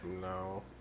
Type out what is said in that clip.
No